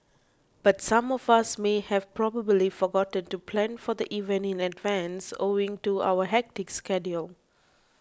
but some of us may have probably forgotten to plan for the event in advance owing to our hectic schedule